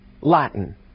Latin